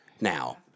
now